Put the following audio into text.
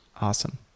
awesome